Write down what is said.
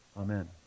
Amen